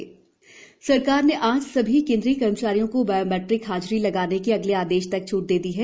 biometric हाजिरी सरकार ने आज सभी केंद्रीय कर्मचारियों को बायोमैट्रिक हाजिरी लगाने की अगले आदेश तक छूट दे दी है